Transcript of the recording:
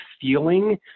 feeling